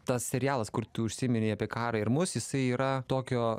tas serialas kur tu užsiminei apie karą ir mus jisai yra tokio